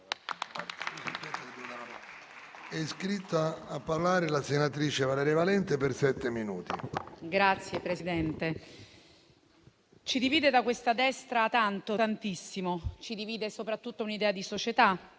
Signor Presidente, ci divide da questa destra tanto, tantissimo. Ci divide soprattutto un'idea di società